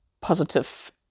positive